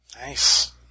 Nice